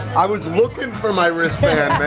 i was lookin' for my wristband,